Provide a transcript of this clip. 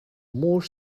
more